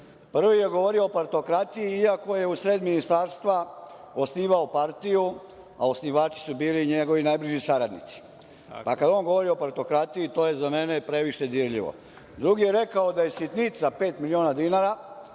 Prvi je govorio o partokratiji iako je u sred ministarstva osnivao partiju, a osnivači su bili njegovi najbliži saradnici, pa kada je on govorio o partokratiji to je za mene previše dirljivo. Drugi je rekao da je sitnica pet miliona dinara.